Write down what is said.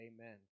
Amen